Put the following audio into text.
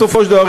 בסופו של דבר,